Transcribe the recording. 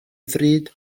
ddrud